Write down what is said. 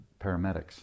paramedics